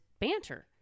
banter